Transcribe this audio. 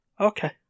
Okay